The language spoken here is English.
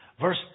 Verse